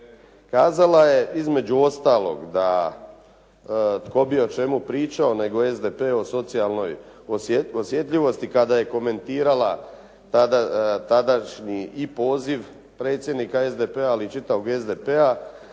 Kazala je između ostalog da, tko bi o čemu pričao nego SDP o socijalnoj osjetljivosti kada je komentirala tadašnji i poziv predsjednika SDP-a ali i čitavog SDP-a